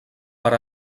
per